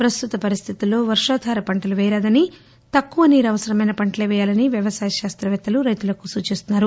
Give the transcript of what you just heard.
ప్రస్తుత పరిస్టితుల్లో వర్షాధార పంటలు వెయ్యరాదని తక్కువ నీరు అవసరమైన పంటలే పెయ్యాలని వ్యవసాయ శాస్రపేత్తలు రైతులకు సూచించారు